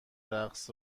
رقص